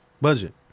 Budget